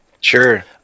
Sure